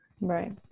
right